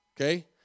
okay